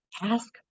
ask